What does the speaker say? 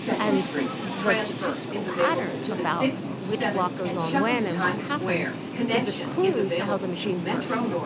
and the statistical pattern about which block goes on when and what happens is a clue to how the machine works.